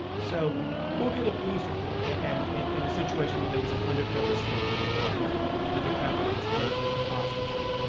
so we'll get a police report. and in a situation where there was an undercover sting, and the undercover was posing as a prostitute,